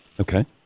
Okay